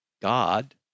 God